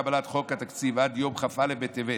אי-קבלת חוק התקציב עד יום כ"א בטבת,